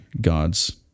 God's